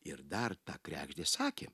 ir dar ta kregždė sakė